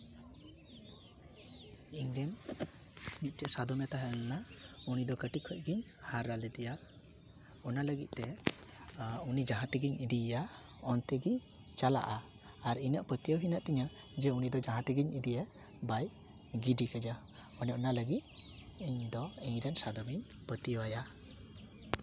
ᱤᱧ ᱨᱮᱱ ᱢᱤᱫᱴᱮᱡ ᱥᱟᱫᱚᱢᱮ ᱛᱟᱦᱮᱞᱮᱱᱟ ᱩᱱᱤ ᱫᱚ ᱠᱟᱹᱴᱤᱡ ᱠᱷᱚᱡ ᱜᱮᱧ ᱦᱟᱨᱟ ᱞᱮᱫᱮᱭᱟ ᱚᱱᱟ ᱞᱟᱹᱜᱤᱫ ᱛᱮ ᱩᱱᱤ ᱡᱟᱦᱟᱸ ᱛᱮᱜᱮᱧ ᱤᱫᱤᱭᱮᱭᱟ ᱚᱱᱛᱮ ᱜᱮᱭ ᱪᱟᱞᱟᱜᱼᱟ ᱟᱨ ᱤᱧᱟᱹᱜ ᱯᱟᱹᱛᱭᱟᱹᱣ ᱦᱮᱱᱟᱜ ᱛᱤᱧᱟᱹ ᱡᱮ ᱩᱱᱤ ᱫᱚ ᱡᱟᱦᱟᱸ ᱛᱮᱜᱮᱧ ᱤᱫᱤᱭᱮ ᱵᱟᱭ ᱜᱤᱰᱤ ᱠᱟᱭᱟ ᱚᱱᱮ ᱚᱱᱟ ᱞᱟᱹᱜᱤᱫ ᱤᱧ ᱫᱚ ᱤᱧ ᱨᱮᱱ ᱥᱟᱫᱚᱢᱤᱧ ᱯᱟᱹᱛᱭᱟᱹᱣᱟᱭᱟ